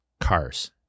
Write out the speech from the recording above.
cars